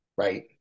Right